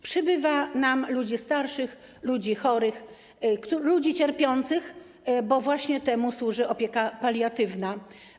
Przybywa nam ludzi starszych, ludzi chorych, ludzi cierpiących, a właśnie im służy opieka paliatywna.